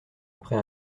après